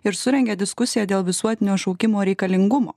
ir surengė diskusiją dėl visuotinio šaukimo reikalingumo